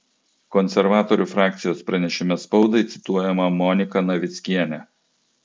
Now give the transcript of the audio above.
konservatorių frakcijos pranešime spaudai cituojama monika navickienė